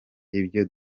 ibyo